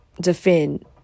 defend